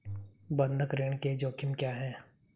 बंधक ऋण के जोखिम क्या हैं?